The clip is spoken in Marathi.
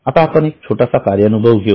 आता आपण एक छोटा कार्यानुभव घेऊ